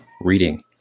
reading